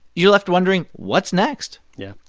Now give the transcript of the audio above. you're left wondering, what's next? yeah.